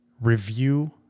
Review